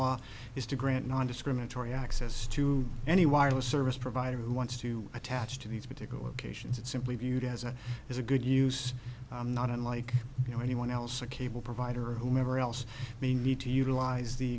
law is to grant nondiscriminatory access to any wireless service provider who wants to attach to these particular locations it simply viewed as a is a good use not unlike you know anyone else a cable provider or whomever else may need to utilize the